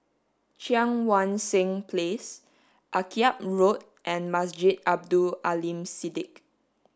Cheang Wan Seng Place Akyab Road and Masjid Abdul Aleem Siddique